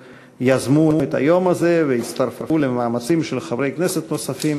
יזמו את היום הזה והצטרפו למאמצים של חברי כנסת נוספים